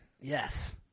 Yes